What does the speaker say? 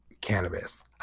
cannabis